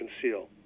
conceal